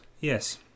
Yes